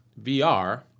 VR